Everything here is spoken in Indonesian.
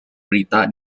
berita